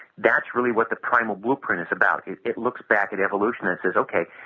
that's really what the primal blueprint is about. it looks back at evolution and says, okay,